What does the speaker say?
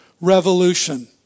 Revolution